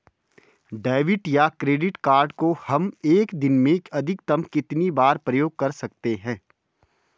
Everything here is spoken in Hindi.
डेबिट या क्रेडिट कार्ड को हम एक दिन में अधिकतम कितनी बार प्रयोग कर सकते हैं?